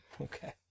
Okay